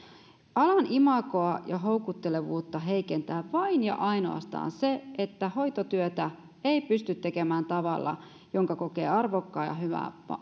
alan imagoa ja houkuttelevuutta heikentää vain ja ainoastaan se että hoitotyötä ei pysty tekemään tavalla jonka kokee arvokkaan ja hyvän